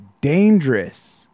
dangerous